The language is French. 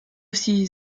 aussi